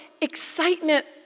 excitement